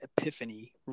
epiphany